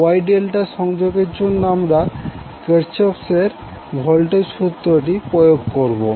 Y ∆ সংযোগের জন্য আমরা কার্চফ এর ভোল্টেজের সুত্রটি প্রয়োগ করবো